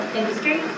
industry